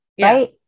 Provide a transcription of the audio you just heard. Right